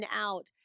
out